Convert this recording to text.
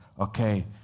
okay